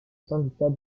syndicat